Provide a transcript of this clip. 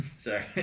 Sorry